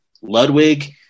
Ludwig